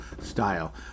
style